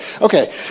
Okay